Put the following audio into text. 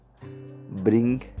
bring